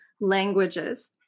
languages